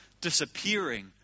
disappearing